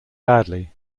badly